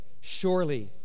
surely